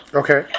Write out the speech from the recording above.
okay